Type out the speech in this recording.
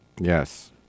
Yes